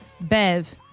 Bev